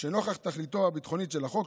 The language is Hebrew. שנוכח תכליתו הביטחונית של החוק,